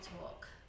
talk